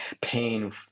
pain